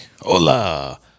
hola